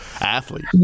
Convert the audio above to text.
Athlete